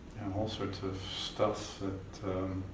all sorts of stuff.